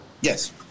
Yes